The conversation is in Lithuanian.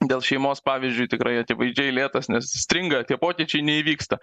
dėl šeimos pavyzdžiui tikrai akivaizdžiai lėtas nes stringa tie pokyčiai neįvyksta